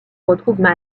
retrouvent